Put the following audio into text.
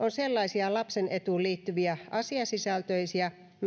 on sellaisia lapsen etuun liittyviä asiasisältöisiä